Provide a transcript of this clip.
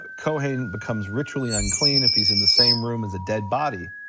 kohen becomes ritually unclean if he's in the same room as a dead body.